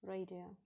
Radio